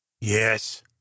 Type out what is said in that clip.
Yes